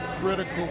critical